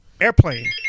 airplane